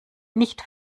nicht